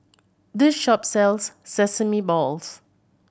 this shop sells sesame balls